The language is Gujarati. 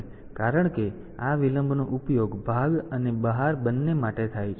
તેથી કારણ કે આ વિલંબનો ઉપયોગ ભાગ અને બહાર બંને માટે થાય છે